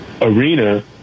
arena